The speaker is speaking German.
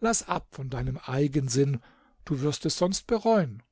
laß ab von deinem eigensinn du wirst es sonst bereuen